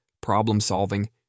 problem-solving